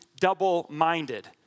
double-minded